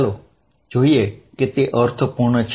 ચાલો જોઈએ કે તે અર્થપૂર્ણ છે